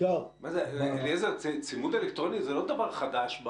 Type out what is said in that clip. גם בישראל צימוד אלקטרוני זה לא דבר חדש.